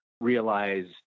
realize